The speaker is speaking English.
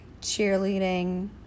cheerleading